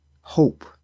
hope